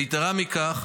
ויתרה מכך,